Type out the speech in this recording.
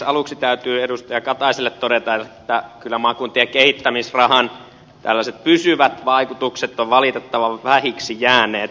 aluksi täytyy edustaja kataiselle todeta että kyllä maakuntien kehittämisrahan pysyvät vaikutukset ovat valitettavan vähiksi jääneet